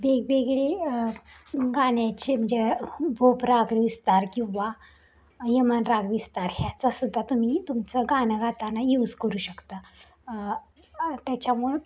वेगवेगळे गाण्याचे म्हणजे भूप राग विस्तार किंवा यमन राग विस्तार ह्याचा सुद्धा तुम्ही तुमचं गाणं गाताना यूज करू शकता त्याच्यामुळं